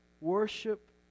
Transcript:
Worship